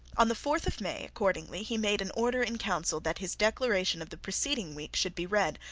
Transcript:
on the fourth of may, accordingly, he made an order in council that his declaration of the preceding week should be read,